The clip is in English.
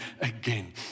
again